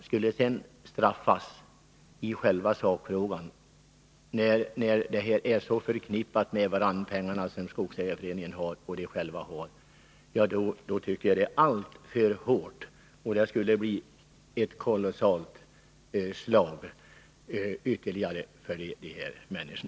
Skulle dessa skogsägare sedan straffas i själva sakfrågan genom att förlusten av lånefordran inte bedömdes som avdragsgill — när ändå skogsägarföreningens medel och skogsägarens medel är så nära förknippade med varandra — tycker jag att detta är ett alltför strängt straff, som skulle innebära ett hårt slag för dessa människor.